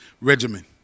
regimen